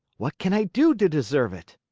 what can i do to deserve it?